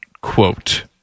quote